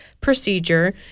procedure